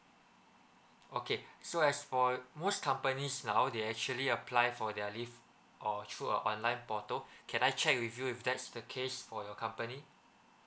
okay so as for most companies now they actually apply for their leave or through our online portal can I check with you if that's the case for your company